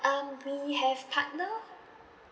um we have partner